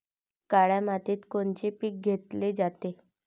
काळ्या मातीत कोनचे पिकं घेतले जाते?